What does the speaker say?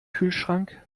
kühlschrank